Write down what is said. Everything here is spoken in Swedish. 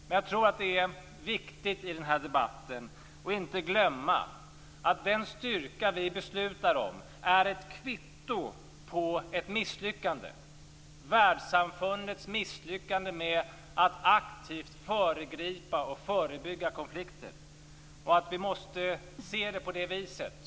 Men i den här debatten tror jag att det är viktigt att man inte glömmer att den styrka som vi beslutar om är ett kvitto på ett misslyckande. Det är världssamfundets misslyckande med att aktivt föregripa och förebygga konflikter. Vi måste se det på det viset.